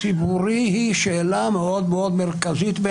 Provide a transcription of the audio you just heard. זאת הצעה שאני לא מבינה מה הרבותא בה,